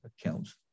accounts